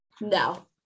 No